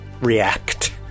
react